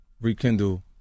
rekindle